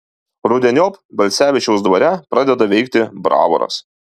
rudeniop balcevičiaus dvare pradeda veikti bravoras